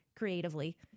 creatively